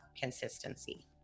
consistency